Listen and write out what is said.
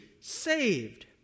saved